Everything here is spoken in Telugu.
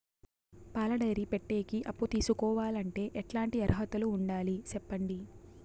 పాల డైరీ పెట్టేకి అప్పు తీసుకోవాలంటే ఎట్లాంటి అర్హతలు ఉండాలి సెప్పండి?